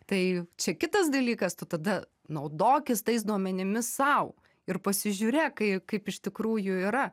tai čia kitas dalykas tu tada naudokis tais duomenimis sau ir pasižiūrėk kai kaip iš tikrųjų yra